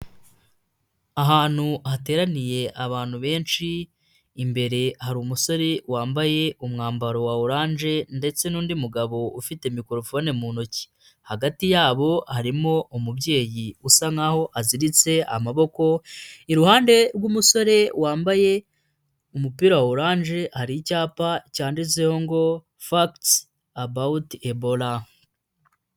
Ahantu hateraniye abantu benshi imbere hari umusore wambaye umwambaro wa oranje ndetse n'undi mugabo ufite mikorofone mu ntoki hagati yabo harimo umubyeyi usa nkaho aziritse amaboko, iruhande rw'umusore wambaye umupira wa oranje hari icyapa cyanditseho ngo facts about Ebola.